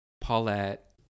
Paulette